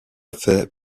fait